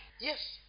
Yes